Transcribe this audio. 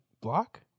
block